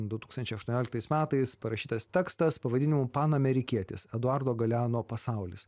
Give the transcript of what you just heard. du tūkstančiai aštuonioliktais metais parašytas tekstas pavadinimu pan amerikietis eduardo galeano pasaulis